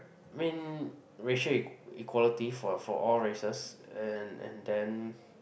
I mean racial equality for for all races and and then